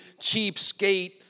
cheapskate